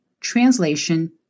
translation